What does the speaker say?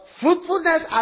fruitfulness